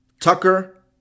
Tucker